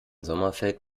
sommerfeld